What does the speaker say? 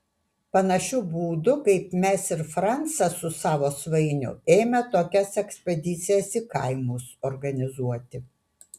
panašiu būdu kaip mes ir francas su savo svainiu ėmė tokias ekspedicijas į kaimus organizuoti